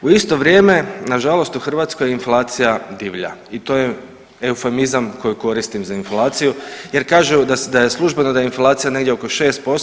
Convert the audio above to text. U isto vrijeme nažalost u Hrvatskoj inflacija divlja i to je eufemizam koji koristim za inflaciju jer kažu službeno da je inflacija negdje oko 6%